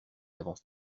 avance